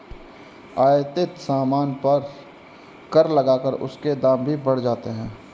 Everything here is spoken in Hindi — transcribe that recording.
आयातित सामान पर कर लगाकर उसके दाम भी बढ़ जाते हैं